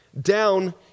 down